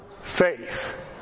faith